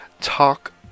talk